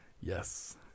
Yes